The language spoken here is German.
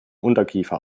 unterkiefer